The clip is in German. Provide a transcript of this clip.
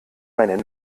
meine